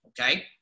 okay